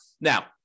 Now